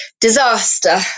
disaster